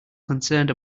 concerned